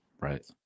Right